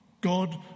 God